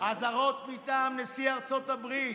אזהרות מטעם נשיא ארצות הברית,